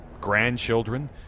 grandchildren